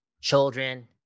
children